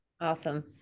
Awesome